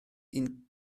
ein